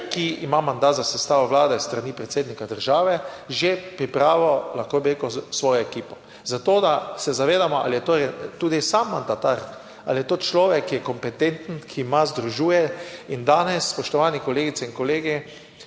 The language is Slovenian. ki ima mandat za sestavo Vlade s strani predsednika države že pripravil, lahko bi rekel, svojo ekipo. Za to, da se zavedamo ali je torej tudi sam mandatar, ali je to človek, ki je kompetenten, ki nas združuje. In danes, spoštovane kolegice in kolegi,